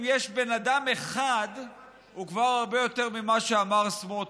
אם יש אדם אחד הוא כבר הרבה יותר ממה שאמר סמוטריץ.